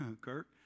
Kirk